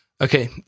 Okay